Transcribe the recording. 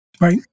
Right